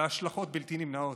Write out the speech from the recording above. ועם השלכות בלתי נמנעות.